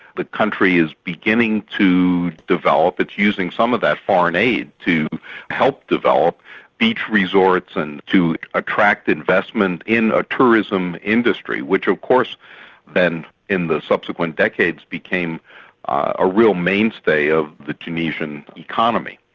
the country is beginning to develop. it's using some of that foreign aid to help develop beach resorts and to attract investment in a tourism industry, which of course then in the subsequent decades became a real mainstay of the tunisian economy.